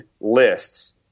lists